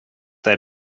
they